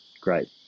great